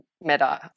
Meta